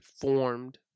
formed